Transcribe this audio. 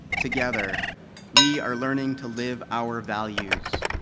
together we are learning to live our values.